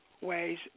ways